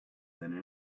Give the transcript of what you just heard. than